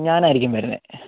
ഞാനായിരിക്കും വരുന്നത്